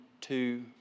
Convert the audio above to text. two